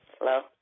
Hello